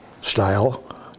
style